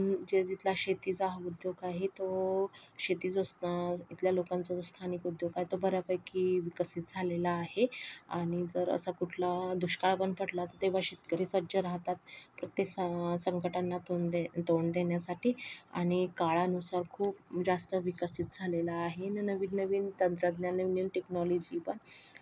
पण जे इथला शेतीचा हा उद्योग आहे तो शेतीच इथल्या लोकांचा स्थानिक उद्योग आहे तो बऱ्यापैकी विकसित झालेला आहे आणि जर असा कुठला दुष्काळ पण पडला तेव्हा शेतकरी सज्ज राहतात प्रत्येक संकटांना तोंड दे तोंड देण्यासाठी आणि काळानुसार खूप जास्त विकसित झालेला आहे नवीन नवीन तंत्रज्ञान नवीन नवीन टेक्नॉलॉजी पण